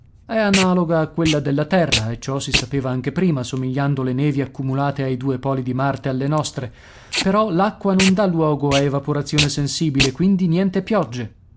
è analoga a quella della terra e ciò si sapeva anche prima somigliando le nevi accumulate ai due poli di marte alle nostre però l'acqua non dà luogo a evaporazione sensibile quindi niente piogge